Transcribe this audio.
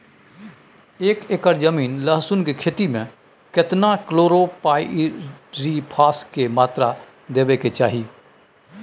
एक एकर जमीन लहसुन के खेती मे केतना कलोरोपाईरिफास के मात्रा देबै के चाही?